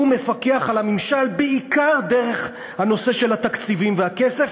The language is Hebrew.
הוא מפקח על הממשל בעיקר דרך הנושא של התקציבים והכסף,